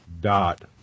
dot